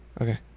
Okay